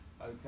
okay